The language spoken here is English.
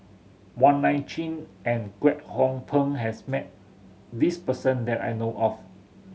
Wong Nai Chin and Kwek Hong Png has met this person that I know of